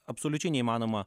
absoliučiai neįmanoma